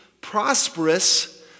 prosperous